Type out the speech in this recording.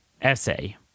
essay